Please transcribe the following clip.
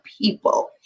people